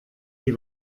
die